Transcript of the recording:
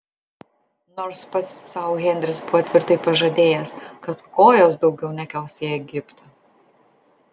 nors pats sau henris buvo tvirtai pažadėjęs kad kojos daugiau nekels į egiptą